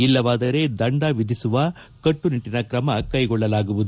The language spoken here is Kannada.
ಇಲ್ಲವಾದರೆ ದಂಡ ವಿಧಿಸುವ ಕಟ್ಟುನಿಟ್ಟಿನ ಕ್ರಮ ಕೈಗೊಳ್ಳಲಾಗುವುದು